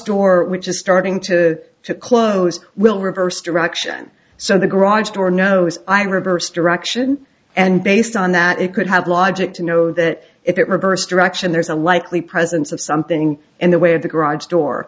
door which is starting to to close will reverse direction so the garage door knows i reverse direction and based on that it could have logic to know that if it reversed direction there's a likely presence of something in the way of the garage door